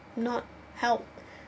not help